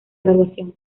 graduación